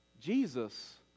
Jesus